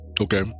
Okay